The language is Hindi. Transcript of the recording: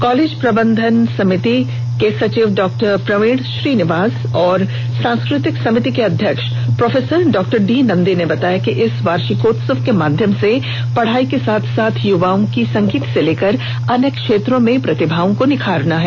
कॉलेज प्रबंधन समिति के सचिव डॉ प्रवीण श्रीनिवास और सांस्कृतिक समिति के अध्यक्ष प्रो डॉ डी नंदी ने बताया कि इस वार्षिकोत्सव के माध्यम से पढ़ाई के साथ साथ युवाओं की संगीत से लेकर अन्य क्षेत्रों में प्रतिभाओं को निखारना है